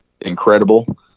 incredible